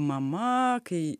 mama kai